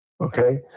okay